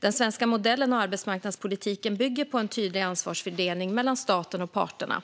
Den svenska modellen och arbetsmarknadspolitiken bygger på en tydlig ansvarsfördelning mellan staten och parterna.